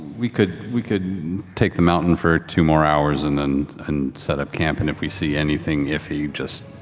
we could we could take the mountain for two more hours and and and set up camp and if we see anything iffy, just.